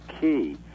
key